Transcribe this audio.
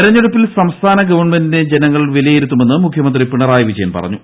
തെരഞ്ഞെടുപ്പിൽ സംസ്ഥാന ഗവൺമെന്റിനെ ജനങ്ങൾ വിലയിരുത്തുമെന്ന് മുഖ്യമന്ത്രി പിണറായി വിജയൻ പറഞ്ഞു